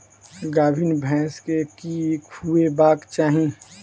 गाभीन भैंस केँ की खुएबाक चाहि?